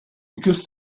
because